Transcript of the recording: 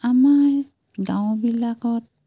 আমাৰ গাঁওবিলাকত